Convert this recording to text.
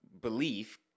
belief